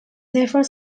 never